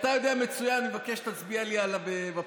"אתה יודע מצוין", אני מבקש שתצביע לי בפריימריז.